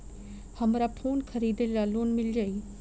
हमरा फोन खरीदे ला लोन मिल जायी?